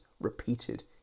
repeated